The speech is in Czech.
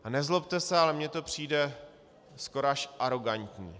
A nezlobte se, ale mně to přijde skoro až arogantní.